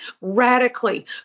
radically